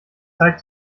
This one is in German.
zeit